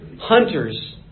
hunters